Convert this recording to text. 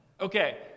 Okay